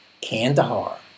Kandahar